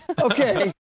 Okay